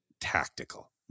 tactical